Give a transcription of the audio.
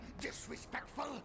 disrespectful